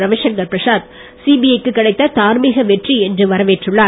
Ravishankar Prasad CBI க்கு கிடைத்த தார்மீக வெற்றி என்று வரவேற்றுள்ளார்